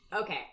Okay